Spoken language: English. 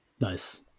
Nice